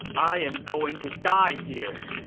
i am going to die here!